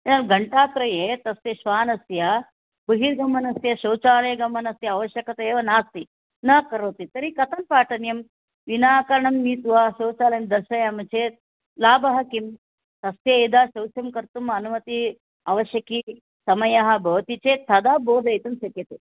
घण्टात्रये तस्य श्वानस्य बहिर्गमनस्य शौचालयगमनस्य आवश्यकतया एव नास्ति न करोति तर्हि कथं पाठनीयं विनाकरणमीति शौचालयं दर्शयामः चेत् लाभः किं तस्य यदा शौचं कर्तुम् अनुमतिः आवश्यकी समयः भवति चेत् तथा बोधयितुं शक्यते